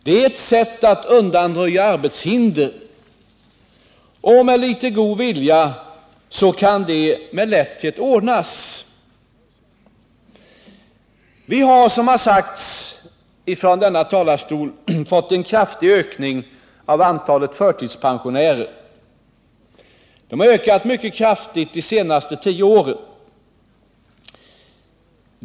Det är ett sätt att undanröja arbetshinder, och med litet god vilja kan det med lätthet ordnas. Vi har, som redan sagts från denna talarstol, fått en kraftig ökning av antalet förtidspensionärer. Deras antal har ökat mycket kraftigt de senaste tio åren.